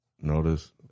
notice